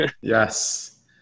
Yes